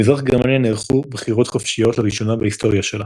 במזרח גרמניה נערכו בחירות חופשיות לראשונה בהיסטוריה שלה.